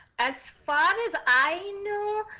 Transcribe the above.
as far as i know,